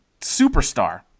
superstar